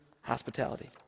hospitality